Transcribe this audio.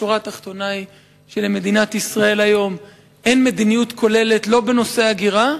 השורה התחתונה היא שלמדינת ישראל היום אין מדיניות כוללת בנושא הגירה,